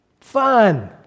fun